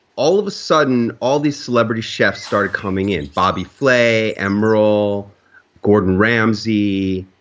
all of a sudden all these celebrity chefs started coming in. bobby flay, emeril gordon ramsay